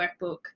workbook